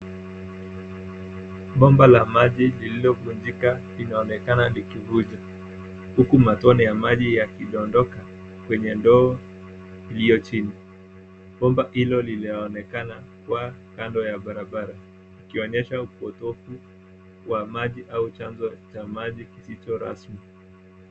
Bomba la maji lililovunjika linaonekana likivuja huku matone ya maji yakidondoka kwenye ndoo iliyo chini. Bomba hilo linaonekana kuwa kando ya barabara ikionyesha upotovu wa maji au chanzo cha maji kisicho rasmi.